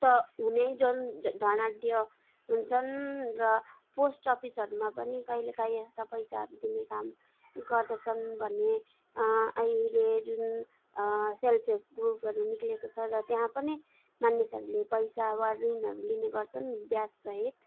त हुने जुन धनाढ्य हुन्छन् र पोस्ट अफिसहरूमा पनि कहिले काहीँ यस्ता पैसा दिने काम गर्दछन् भने अहिले जुन सेल्फ हेल्प ग्रुपहरू निस्किएको छ र त्यहाँ पनि मानिसहरूले पैसा वा ऋणहरू लिने गर्छन् ब्याज सहित